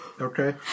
Okay